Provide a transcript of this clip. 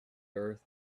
earth